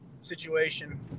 situation